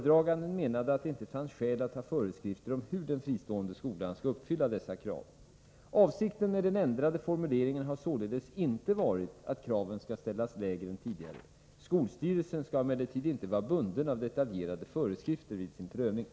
Den nya formuleringen har på vissa håll tolkats så, att samhällets krav på kompetens och skicklighet hos lärare och skolledning hos dem som söker tillstånd att starta fristående skola har sänkts.